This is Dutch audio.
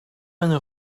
mijn